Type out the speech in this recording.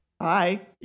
Hi